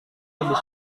lebih